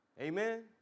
Amen